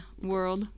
world